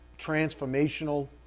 transformational